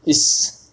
is